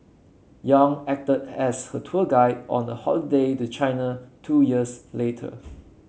Yang acted as her tour guide on a holiday to China two years later